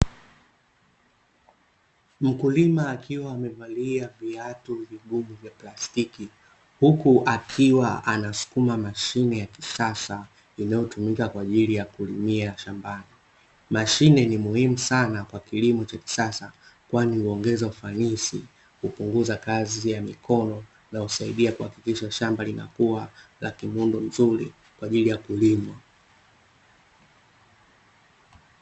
Mkulima akiwa amevalia viatu vigumu vya plastiki, huku akiwa anasukuma mashine ya kisasa inayotumika kwa ajili ya kulimia shambani. Mashine ni muhimu sana kwa kilimo cha kisasa kwani huongeza ufanisi, kupunguza kazi ya mikono na husaidia kuhakikisha shamba linakuwa la kimuundo mzuri kwa ajili ya kulimwa.